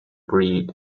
breed